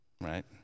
Right